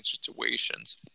situations